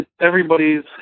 everybody's